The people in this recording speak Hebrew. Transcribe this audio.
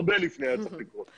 הרבה לפני זה היה צריך לקרות.